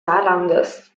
saarlandes